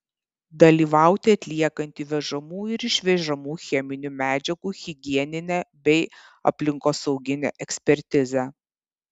dalyvauti atliekant įvežamų ir išvežamų cheminių medžiagų higieninę bei aplinkosauginę ekspertizę